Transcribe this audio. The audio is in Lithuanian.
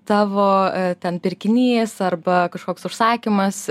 tavo ten pirkinys arba kažkoks užsakymas